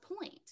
point